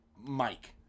Mike